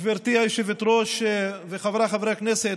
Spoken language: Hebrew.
גברתי היושבת-ראש וחבריי חברי הכנסת,